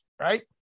right